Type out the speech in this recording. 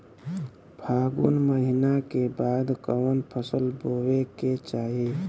फागुन महीना के बाद कवन फसल बोए के चाही?